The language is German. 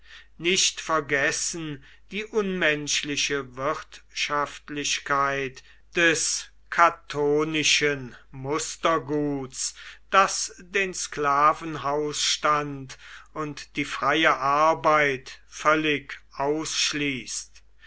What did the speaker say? nicht vergessen die unmenschliche wirtschaftlichkeit des catonischen musterguts das den sklavenhausstand und die freie arbeit völlig ausschließt